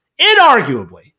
Inarguably